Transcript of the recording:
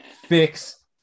fix